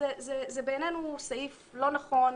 זה בעינינו סעיף לא נכון,